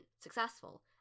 successful